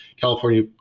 California